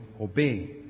obey